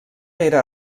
era